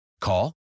Call